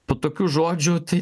po tokių žodžių tai